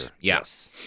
Yes